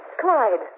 Clyde